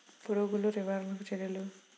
పురుగులు నివారణకు చర్యలు?